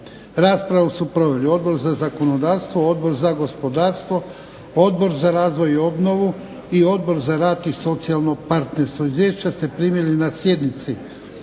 Raspravu su proveli Odbor za zakonodavstvo, Odbor za gospodarstvo, Odbor za razvoj i obnovu, i Odbor za rad i socijalno partnerstvo. Izvješća ste primili na sjednici.